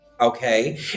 Okay